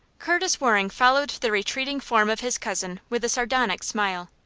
curtis waring followed the retreating form of his cousin with a sardonic smile.